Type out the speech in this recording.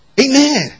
Amen